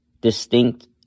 distinct